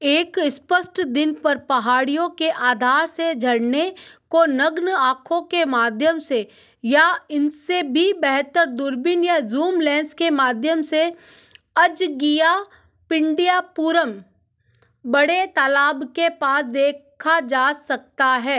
एक स्पष्ट दिन पर पहाड़ियों के आधार से झरने को नग्न आँखों के माध्यम से या इनसे भी बेहतर दूरबीन या ज़ूम लेंस के माध्यम से अज़गिया पंडिया पुरम बड़े तालाब के पास देखा जा सकता है